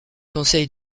conseils